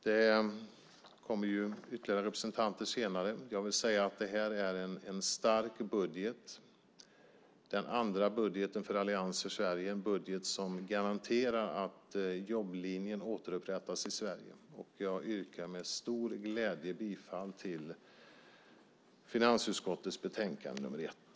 Det kommer ytterligare representanter senare. Det här är en stark budget. Det är den andra budgeten för Allians för Sverige. Det är en budget som garanterar att jobblinjen återupprättas i Sverige. Jag yrkar med stor glädje bifall till utskottets hemställan i finansutskottets betänkande nr 1.